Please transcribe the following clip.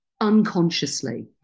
unconsciously